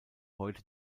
heute